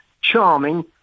charming